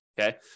okay